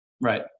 Right